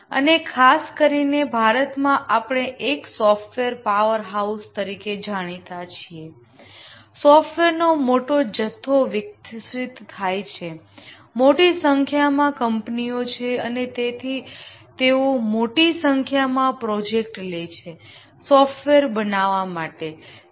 અને ખાસ કરીને ભારતમાં આપણે એક સોફ્ટવેર પાવરહાઉસ તરીકે જાણીતા છીએ સોફ્ટવેરનો મોટો જથ્થો વિકસિત થાય છે મોટી સંખ્યામાં કંપનીઓ છે અને તેઓ મોટી સંખ્યામાં સોફ્ટવેર બનાવવા માટે પ્રોજેક્ટ લે છે